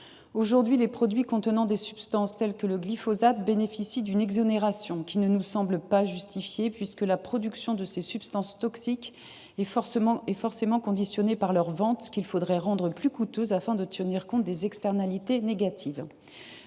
Aujourd’hui, les produits contenant des substances telles que le glyphosate bénéficient d’une exonération qui ne nous semble pas justifiée. La production de ces substances toxiques est forcément conditionnée par leur vente. Il convient donc de rendre celle ci plus coûteuse, afin de tenir compte des externalités négatives.